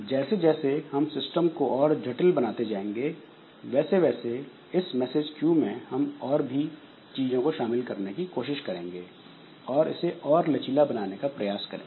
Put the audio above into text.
जैसे जैसे हम सिस्टम को और जटिल बनाते जाएंगे वैसे वैसे इस मैसेज Q में हम और भी चीजों को शामिल करने की कोशिश करेंगे और इसे और लचीला बनाने का प्रयास करेंगे